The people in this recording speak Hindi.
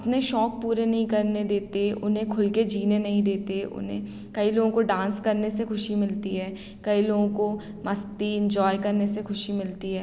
अपने शौक़ पूरे नहीं करने देते उन्हें खुलके जीने नहीं देते उन्हें कई लोगों को डांस करने से खुशी मिलती है कई लोगों को मस्ती इंजॉय करने से खुशी मिलती है